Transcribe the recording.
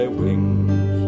wings